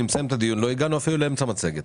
מסיים את הדיון בלי שהגענו אפילו לחצי מהמצגת.